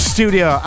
Studio